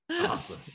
Awesome